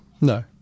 No